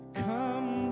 come